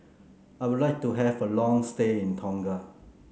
I would like to have a long stay in Tonga